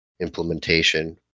implementation